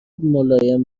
ملایم